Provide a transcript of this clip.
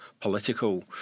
political